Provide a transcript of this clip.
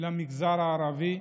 למגזר הערבי,